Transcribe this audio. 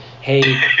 hey